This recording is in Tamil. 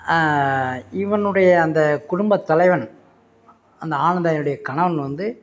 இவனுடைய அந்த குடும்பத் தலைவன் அந்த ஆனந்தாயினுடைய கணவன் வந்து